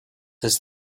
his